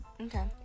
okay